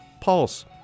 pulse